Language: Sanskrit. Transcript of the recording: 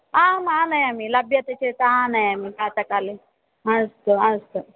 आम् आनयामि लब्यते चेत् आनयामि प्रातकाले अस्तु अस्तु